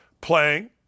playing